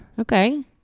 Okay